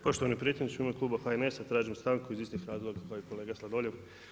Poštovani predsjedniče u ime kluba HNS-a tražim stanku iz istih razloga kao i kolega Sladoljev.